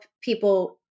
people